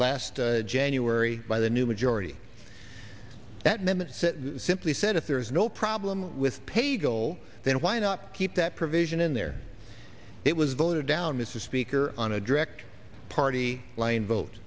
last january by the new majority that man simply said if there is no problem with pay go then why not keep that provision in there it was voted down mr speaker on a direct party line vote